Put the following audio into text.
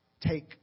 take